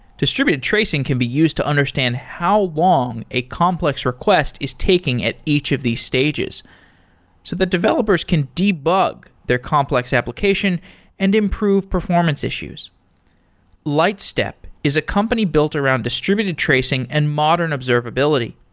distributed tracing can be used to understand how long a complex request is taking at each of these stages, stages, so the developers can debug their complex application and improve performance issues lightstep is a company built around distributed tracing and modern observability.